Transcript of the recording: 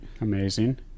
Amazing